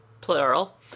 plural